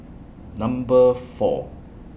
Number four